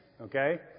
okay